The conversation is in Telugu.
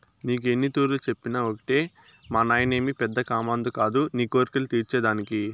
నీకు ఎన్నితూర్లు చెప్పినా ఒకటే మానాయనేమి పెద్ద కామందు కాదు నీ కోర్కెలు తీర్చే దానికి